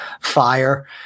fire